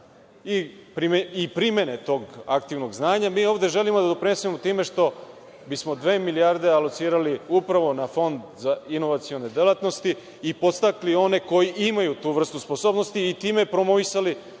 i primene tog aktivnog znanja mi ovde želimo da doprinesemo time što bismo dve milijarde alocirali upravo na Fond za inovacione delatnosti i podstakle one koji imaju tu vrstu sposobnosti i time promovisali